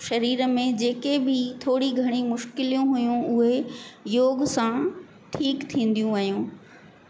शरीर में जेके बि थोरी घणी मुश्किलियूं हुयूं उहे योग सां ठीकु थींदियूं वयूं